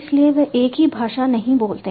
इसलिए वे एक ही भाषा नहीं बोलते हैं